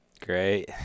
Great